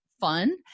fun